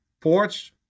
ports